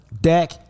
Dak